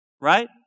Right